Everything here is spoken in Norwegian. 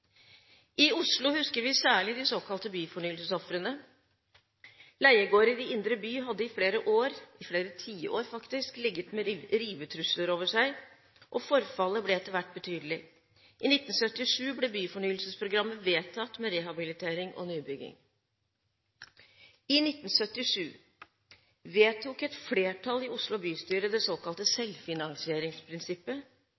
I Oslo husker vi særlig de såkalte byfornyelsesofrene. Leiegårder i indre by hadde i flere tiår ligget med rivetrusler over seg, og forfallet ble etter hvert betydelig. I 1977 ble byfornyelsesprogrammet vedtatt med rehabilitering og nybygging. I 1977 vedtok et flertall i Oslo bystyre det såkalte